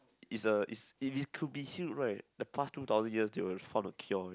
is a is if it could be healed right the past two thousand years they would find the cure already